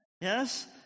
yes